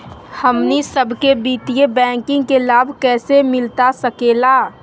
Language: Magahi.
हमनी सबके वित्तीय बैंकिंग के लाभ कैसे मिलता सके ला?